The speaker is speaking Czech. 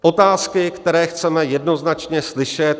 Otázky, které chceme jednoznačně slyšet.